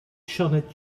sioned